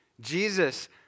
Jesus